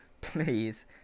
please